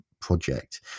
project